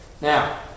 Now